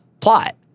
plot